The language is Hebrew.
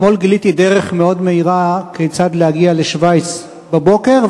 אתמול גיליתי דרך מאוד מהירה כיצד להגיע לשווייץ בבוקר,